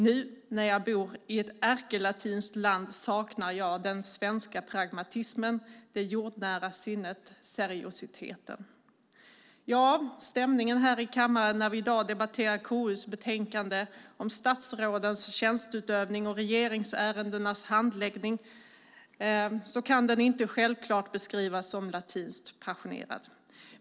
Nu, när jag bor i ett ärkelatinskt land saknar jag den svenska pragmatismen, det jordnära sinnet, seriositeten." Stämningen här i kammaren när vi i dag debatterar KU:s betänkande om statsrådens tjänsteutövning och regeringsärendenas handläggning kan inte självklart beskrivas som latinskt passionerad.